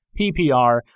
PPR